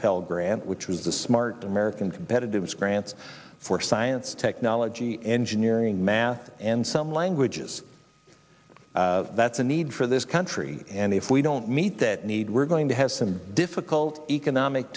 pell grant which was the smart american competitive grants for science technology engineering math and some languages that's a need for this country and if we don't meet that need we're going to have some difficult economic